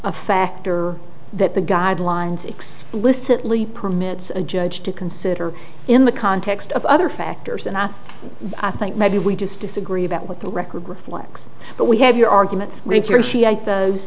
a factor that the guidelines explicitly permits a judge to consider in the context of other factors and i think maybe we just disagree about what the record reflects but we have your arguments with your shiite those